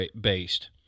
based